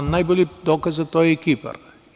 Najbolji dokaz za to je Kipar.